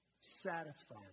satisfied